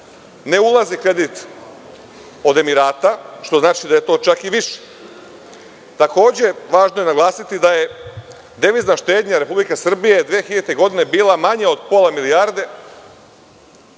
ne ulazi kredit od Emirata, što znači da je to čak i više. Takođe, važno je naglasiti da je devizna štednja Republike Srbije 2000. godine bila manja od pola milijarde,